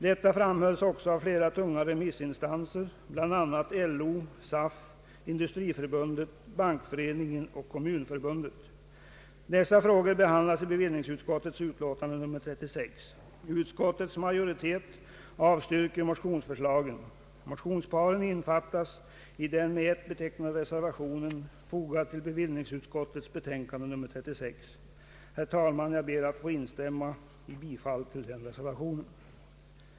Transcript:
Detta framhölls också av flera tunga remissinstanser, bl.a. LO, SAF, Sveriges industriförbund, Svenska bankföreningen och Svenska kommunförbundet. Dessa frågor behandlas i bevillningsutskottets betänkande nr 36. Utskottets majoritet avstyrker motionsförslagen. Motionsparen innefattas i den med 1 betecknade reservationen till bevillningsutskottets betänkande nr 36. Herr talman! Jag ber att få instämma i yrkandet om bifall till denna reservaticn.